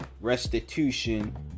restitution